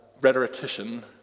rhetorician